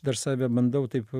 dar save bandau taip